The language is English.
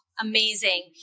Amazing